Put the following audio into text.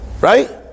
Right